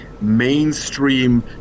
mainstream